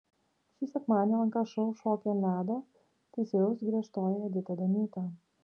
šį sekmadienį lnk šou šokiai ant ledo teisėjaus griežtoji edita daniūtė